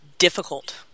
difficult